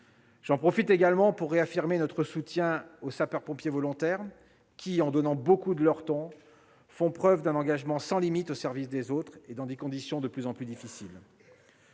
J'en profite également pour réaffirmer notre soutien aux sapeurs-pompiers volontaires, qui donnent beaucoup de leur temps et font preuve d'un engagement sans limites au service des autres, dans des conditions de plus en plus difficiles.